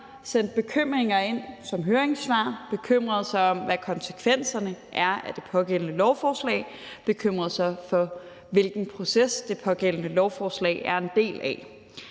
sendt bekymringer ind som høringssvar. De bekymrer sig om, hvad konsekvenserne er af det pågældende lovforslag, og bekymrer sig om, hvilken proces det pågældende lovforslag er en del af.